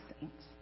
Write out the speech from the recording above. saints